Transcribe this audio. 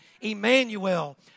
Emmanuel